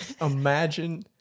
Imagine